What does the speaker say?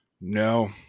No